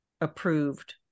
approved